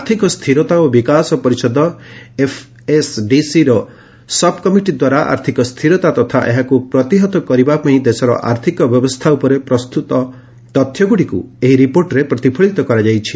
ଆର୍ଥିକ ସ୍ଥିରତା ଓ ବିକାଶ ପରିଷଦ ଏଫ୍ଏସ୍ଡିସିର ସବ୍କମିଟିଦ୍ୱାରା ଆର୍ଥିକ ସ୍ଥିରତା ତଥା ଏହାକୁ ପ୍ରତିହତ କରିବାପାଇଁ ଦେଶର ଆର୍ଥକ ବ୍ୟବସ୍ଥା ଉପରେ ପ୍ରସ୍ତୁତ ତଥ୍ୟଗୁଡ଼ିକୁ ଏହି ରିପୋର୍ଟରେ ପ୍ରତିଫଳିତ କରାଯାଇଛି